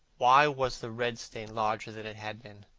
why was the red stain larger than it had been?